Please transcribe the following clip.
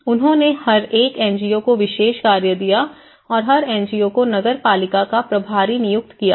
उन्होंने हर एक एनजीओ को विशेष कार्य दिया और हर एनजीओ को नगरपालिका का प्रभारी नियुक्त किया गया